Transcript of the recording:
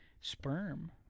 sperm